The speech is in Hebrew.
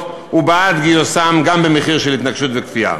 ובעד גיוסם גם במחיר של התנגשות וכפייה.